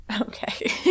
Okay